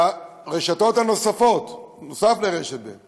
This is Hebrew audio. והרשתות הנוספות, נוסף על רשת ב',